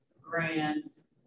grants